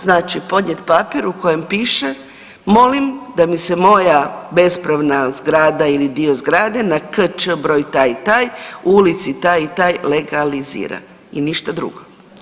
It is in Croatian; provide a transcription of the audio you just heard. Znači podnijet papir u kojem piše molim da mi se moja bespravna zgrada ili dio zgrade na k.č. broj taj i taj u ulici taj i taj legalizira i ništa drugo.